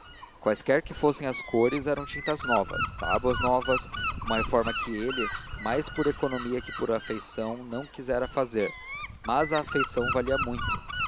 quaisquer que fossem as cores eram tintas novas tábuas novas uma reforma que ele mais por economia que por afeição não quisera fazer mas a afeição valia muito